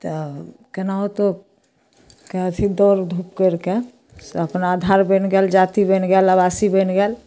तऽ कोनाहुतोके अथी दौड़धूप करिके से अपना आधार बनि गेल जाति बनि गेल आवासी बनि गेल